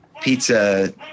pizza